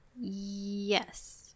Yes